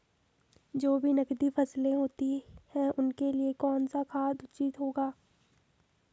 जो भी नकदी फसलें होती हैं उनके लिए कौन सा खाद उचित होगा?